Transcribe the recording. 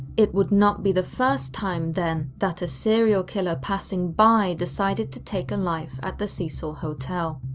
it would not be the first time then that a serial killer passing by decided to take a life at the cecil hotel.